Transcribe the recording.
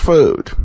Food